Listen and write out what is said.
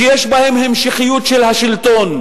שיש בהן המשכיות של השלטון,